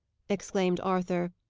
exclaimed arthur,